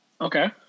Okay